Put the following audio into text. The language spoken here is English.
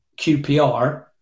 QPR